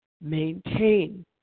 maintain